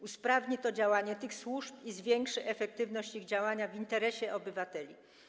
Usprawni to działanie tych służb i zwiększy efektywność ich działania w interesie obywateli.